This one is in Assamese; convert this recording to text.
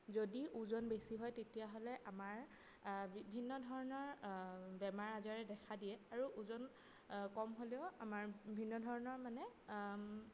যদি ওজন বেছি হয় তেতিয়াহ'লে আমাৰ বিভিন্ন ধৰণৰ বেমাৰ আজাৰে দেখা দিয়ে আৰু ওজন কম হ'লেও আমাৰ বিভিন্ন ধৰণৰ মানে